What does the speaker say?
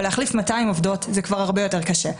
להחליף 200 עובדות זה כבר הרבה יותר קשה.